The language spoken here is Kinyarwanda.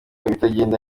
ibitagenda